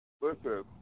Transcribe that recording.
Listen